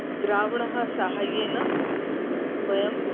द्रावणः साहाय्येन वयम्